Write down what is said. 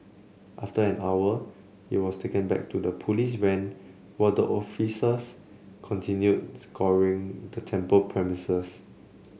after an hour he was taken back to the police van the officers continued scouring the temple premises